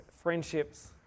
friendships